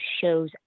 shows